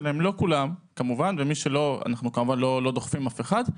לא כולם כמובן ומי שלא, אנחנו לא דוחפים אף אחד.